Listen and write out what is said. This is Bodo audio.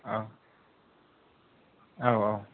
औ औ औ